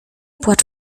płacz